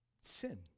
sin